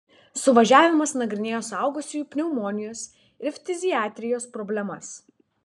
suvažiavimas nagrinėjo suaugusiųjų pneumonijos ir ftiziatrijos problemas